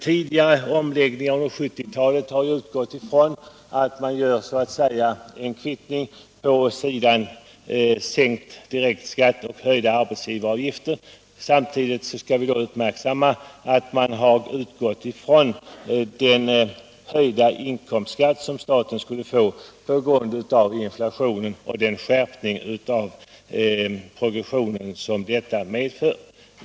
Tidigare omläggningar under 1970 talet har utgått ifrån att man så att säga gör en kvittning genom att sänkt direkt skatt kvittas mot höjda arbetsgivaravgifter. Samtidigt skall vi uppmärksamma att man då har utgått ifrån den höjda inkomstskatt som staten skulle få på grund av inflationen och den skärpning av progressionen som detta medför.